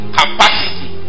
capacity